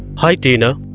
hi tina,